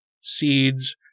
seeds